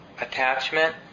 attachment